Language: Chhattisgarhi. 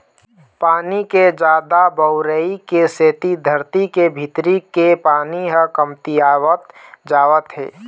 पानी के जादा बउरई के सेती धरती के भीतरी के पानी ह कमतियावत जावत हे